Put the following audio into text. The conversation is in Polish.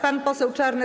Pan poseł Czarnek.